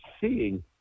seeing